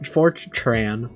Fortran